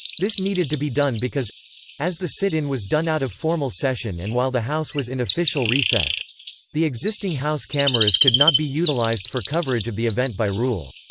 this needed to be done because as the sit-in was done out of formal session and while the house was in official recess the existing house cameras could not be utilized for coverage of the event by rule.